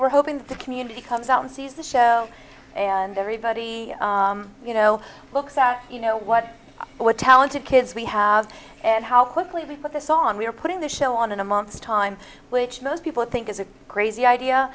were hoping that the community comes out and sees the show and everybody you know looks out you know what what talented kids we have and how quickly we put the song we are putting the show on in a month's time which most people think is a crazy idea